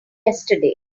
yesterday